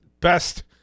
best